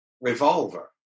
revolver